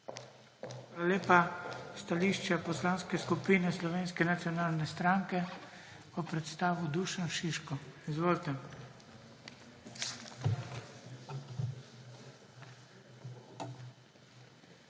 lepa. Stališče Poslanske skupine Slovenske nacionalne stranke bo predstavil Dušan Šiško. Izvolite.